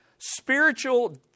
Spiritual